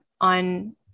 on